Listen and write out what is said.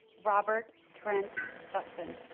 robert trent sutphin